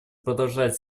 продолжать